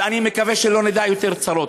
ואני מקווה שלא נדע יותר צרות.